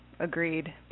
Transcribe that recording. Agreed